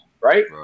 right